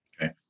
Okay